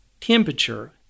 temperature